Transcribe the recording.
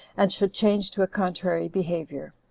and should change to a contrary behavior.